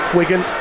Wigan